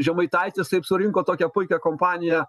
žemaitaitis taip surinko tokią puikią kompaniją